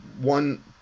one